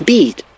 Beat